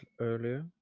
earlier